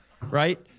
right